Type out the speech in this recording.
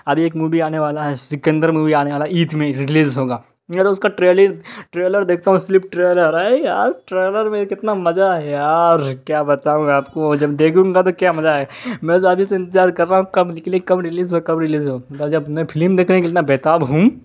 ابھی ایک موبی آنے والا ہے سکندر مووی آنے والا ہے عید میں رلیز ہوگا میں تو اس کا ٹریلر ٹریلر دیکھتا ہوں صرف ٹریلر ارے یار ٹریلر میں ہی کتنا مزہ ہے یار کیا بتاؤں میں آپ کو جب دیکھوں گا تو کیا مزہ آئے میں تو ابھی سے انتظار کر رہا ہوں کب نکلے کب رلیز ہو کب رلیز ہو جب میں پھلم دیکھنے کے لیے اتنا بےتاب ہوں